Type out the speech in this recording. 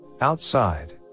Outside